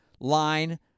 line